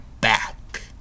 back